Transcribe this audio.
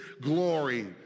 glory